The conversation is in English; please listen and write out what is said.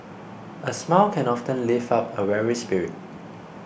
a smile can often lift up a weary spirit